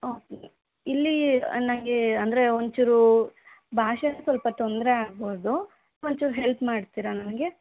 okay ಇಲ್ಲಿ ನಂಗೆ ಅಂದರೆ ಒಂಚೂರು ಭಾಷೆಯೂ ಸ್ವಲ್ಪ ತೊಂದರೆ ಆಗ್ಬೋದು ಒಂಚೂರು ಹೆಲ್ಪ್ ಮಾಡ್ತೀರಾ ನನಗೆ